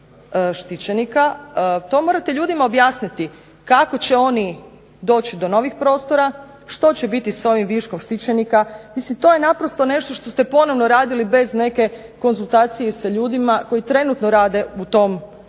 to morate ljudima objasniti kako će oni doći do novih prostora, što će biti sa ovim viškom štićenika. Mislim to je naprosto nešto što ste ponovno radili bez neke konzultacije sa ljudima koji trenutno rade u tom segmentu